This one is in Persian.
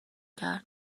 کرد